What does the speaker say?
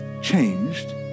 changed